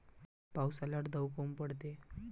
पाऊस आल्यावर दव काऊन पडते?